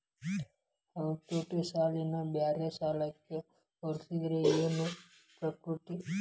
ಹತೋಟಿ ಸಾಲನ ಬ್ಯಾರೆ ಸಾಲಕ್ಕ ಹೊಲ್ಸಿದ್ರ ಯೆನ್ ಫರ್ಕೈತಿ?